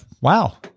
Wow